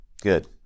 Good